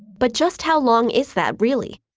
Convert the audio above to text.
but just how long is that really?